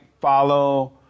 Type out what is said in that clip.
follow